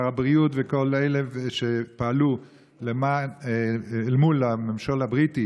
הבריאות וכל אלה שפעלו אל מול הממשל הבריטי